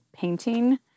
painting